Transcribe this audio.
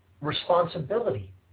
responsibility